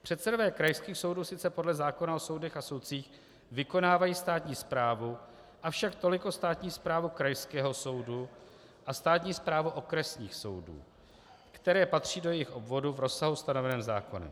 Předsedové krajských soudů sice podle zákona o soudech a soudcích vykonávají státní správu, avšak toliko státní správu krajského soudu a státní správu okresních soudů, které patří do jejich obvodu v rozsahu stanoveném zákonem.